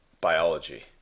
biology